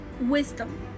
wisdom